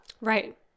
right